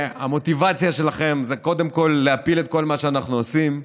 שהמוטיבציה שלכם היא קודם כול להפיל את כל מה שאנחנו עושים,